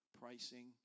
pricing